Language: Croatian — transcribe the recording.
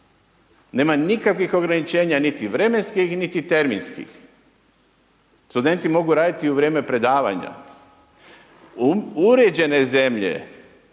Nema nikakvih ograničenja, niti vremenskih niti terminskih. Studenti mogu raditi u vrijeme predavanja. Uređenje zemlje